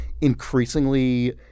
increasingly